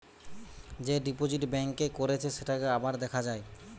যে deposit bank এ করেছে সেটাকে আবার দেখা যায়